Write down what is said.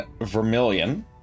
Vermilion